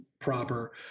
Proper